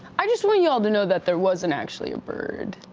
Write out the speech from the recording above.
i just want you all to know that there wasn't actually a bird.